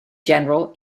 general